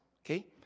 Okay